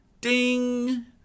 Ding